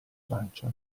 pancia